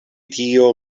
tio